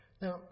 Now